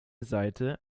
seite